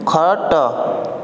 ଖଟ